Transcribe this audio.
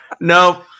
no